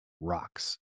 rocks